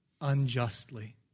unjustly